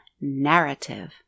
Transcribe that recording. narrative